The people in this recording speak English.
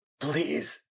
please